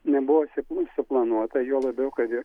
nebuvo suplanuota juo labiau kad ir